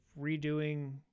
redoing